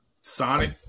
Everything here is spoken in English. Sonic